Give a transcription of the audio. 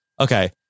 Okay